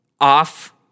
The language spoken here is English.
off